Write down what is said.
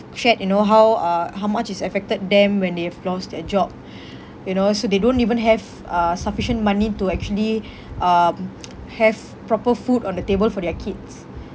shared you know how uh how much is affected them when they have lost their job you know so they don't even have uh sufficient money to actually um have proper food on the table for their kids